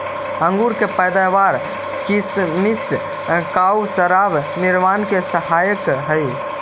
अंगूर के पैदावार किसमिस आउ शराब निर्माण में सहायक हइ